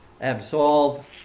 absolve